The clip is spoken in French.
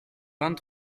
vingt